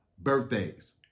Birthdays